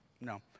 No